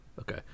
Okay